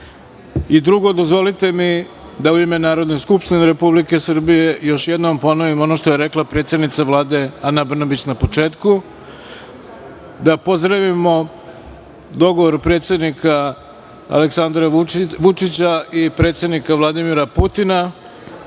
ženama. Drugo, dozvolite mi da u ime Narodne skupštine Republike Srbije još jednom ponovim ono što je rekla predsednica Vlade, Ana Brnabić na početku, da pozdravimo dogovor predsednika Aleksandra Vučića i predsednika Vladimira Putina